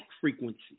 frequency